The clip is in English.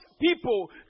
people